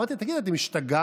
אמרתי: תגידו, אתם השתגעתם?